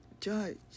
judge